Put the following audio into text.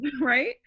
right